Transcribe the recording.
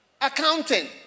Accounting